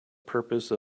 purpose